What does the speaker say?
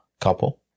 couple